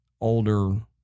older